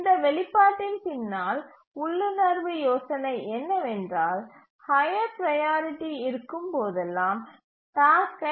இந்த வெளிப்பாட்டின் பின்னால் உள்ளுணர்வு யோசனை என்னவென்றால் ஹய்யர் ப்ரையாரிட்டி இருக்கும் போதெல்லாம் டாஸ்க்கை